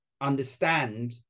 understand